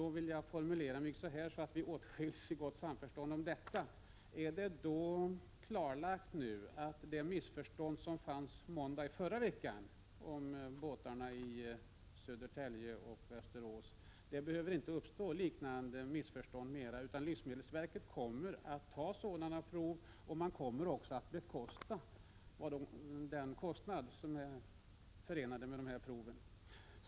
Jag vill därför formulera mig så här, så att vi åtskiljs i gott samförstånd i denna fråga: Är det nu klarlagt att missförstånd liknande det som förelåg på måndagen i förra veckan, om båtarna i Södertälje och Västerås, inte mera behöver uppstå, utan att livsmedelsverket kommer att ta sådana prov och även kommer att stå för den kostnad som är förenad med dessa prov?